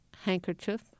handkerchief